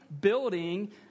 building